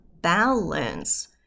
balance